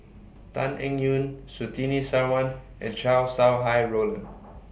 Tan Eng Yoon Surtini Sarwan and Chow Sau Hai Road